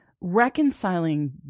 Reconciling